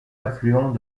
affluents